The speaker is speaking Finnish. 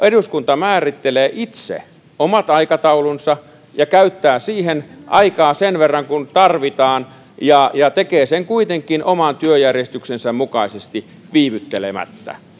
eduskunta määrittelee itse omat aikataulunsa ja käyttää siihen aikaa sen verran kuin tarvitaan ja ja tekee sen kuitenkin oman työjärjestyksensä mukaisesti viivyttelemättä